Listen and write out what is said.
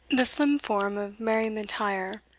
the slim form of mary m'intyre,